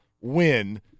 win